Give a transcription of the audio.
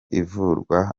ivurwa